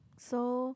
so